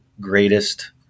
greatest